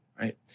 right